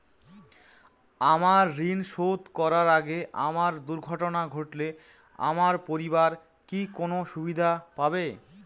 আমার ঋণ শোধ করার আগে আমার দুর্ঘটনা ঘটলে আমার পরিবার কি কোনো সুবিধে পাবে?